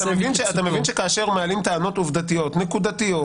אתה מבין שכאשר מעלים טענות עובדתיות נקודתיות: